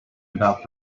about